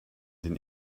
den